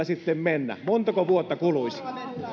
sitten vielä mennä montako vuotta kuluisi